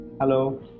hello